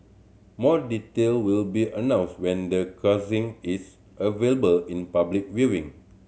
more detail will be announced when the casing is available in public viewing